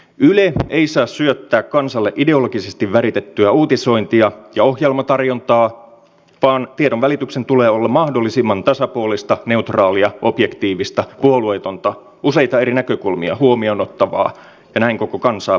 yle ei saa syöttää kansalle ideologisesti väritettyä uutisointia ja ohjelmatarjontaa vaan tiedonvälityksen tulee olla mahdollisimman tasapuolista neutraalia objektiivista puolueetonta useita eri näkökulmia huomioon ottavaa ja näin koko kansaa palvelevaa